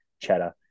Cheddar